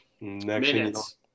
Minutes